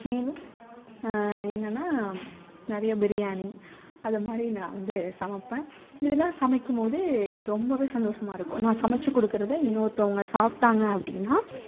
மீனும் என்னென்னால் நிறைய பிரியாணி அதைமாரி நான் வந்து சமைப்பேன் இதெலாம் சமைக்கும்போது எனக்கு ரொம்பவே சந்தோஷமா இருக்கும் நான் சமைச்சு கொடுக்கறத இன்னொருத்தோங்க சாப்பிட்டாங்க அப்படின்னா